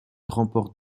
remporte